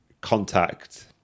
contact